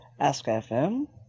AskFM